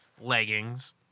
leggings